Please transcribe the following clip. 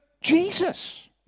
Jesus